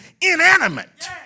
inanimate